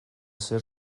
ser